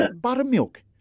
buttermilk